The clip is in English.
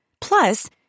Plus